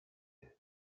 үһү